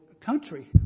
country